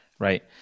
Right